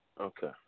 Okay